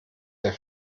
der